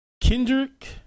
Kendrick